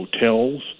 hotels